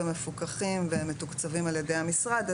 מפוקחים ומתוקצבים על ידי המשרד.